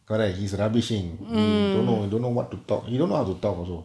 correct he's rubbishing you don't know don't know what to talk you don't know how to talk also